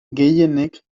gehienek